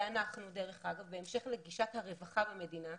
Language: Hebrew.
בהמשך לגישת הרווחה במדינה,